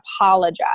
apologize